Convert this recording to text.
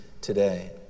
today